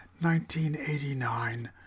1989